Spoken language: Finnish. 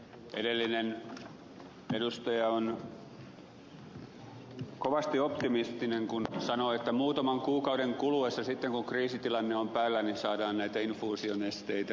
edellinen edustaja on kovasti optimistinen kun sanoi että muutaman kuukauden kuluessa sitten kun kriisitilanne on päällä saadaan näitä infuusionesteitä